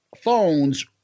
phones